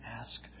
ask